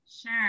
Sure